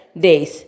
days